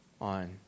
on